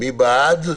מי בעד?